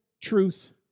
truth